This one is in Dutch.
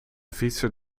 fietser